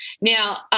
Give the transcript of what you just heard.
now